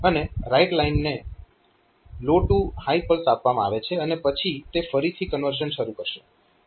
અને રાઈટ લાઇનને low to high pulse આપવામાં આવે છે અને પછી તે ફરીથી કન્વર્ઝન શરુ કરશે